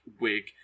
wig